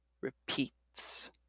repeats